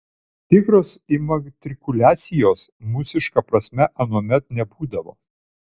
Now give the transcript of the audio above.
tikros imatrikuliacijos mūsiška prasme anuomet nebūdavo